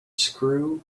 screw